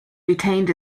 retained